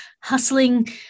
hustling